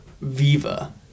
Viva